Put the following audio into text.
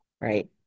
right